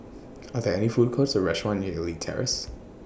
Are There any Food Courts Or restaurants near Elite Terrace